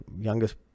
youngest